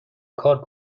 کار